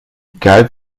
egal